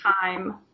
time